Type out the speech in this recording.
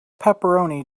pepperoni